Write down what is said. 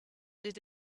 did